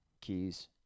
keys